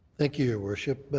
thank you, your worship.